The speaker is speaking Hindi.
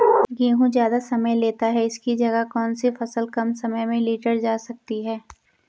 गेहूँ ज़्यादा समय लेता है इसकी जगह कौन सी फसल कम समय में लीटर जा सकती है?